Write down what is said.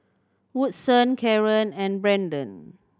Woodson Kaaren and Brendon